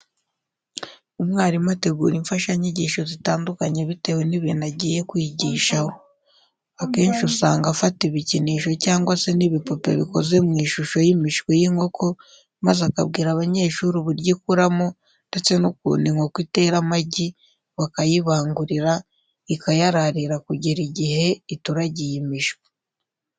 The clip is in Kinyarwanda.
Umwarimu ategura imfashanyigisho zitandukanye bitewe n'ibintu agiye kwigishaho. Akenshi usanga afata ibikinisho cyangwa se n'ibipupe bikoze mu ishusho y'imishwi y'inkoko maze akabwira abanyeshuri uburyo ikuramo ndetse n'ukuntu inkoko itera amagi, bakayibangurira, ikayararira kugera igihe ituragiye imishwi.